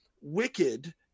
wicked